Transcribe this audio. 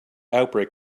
outbreak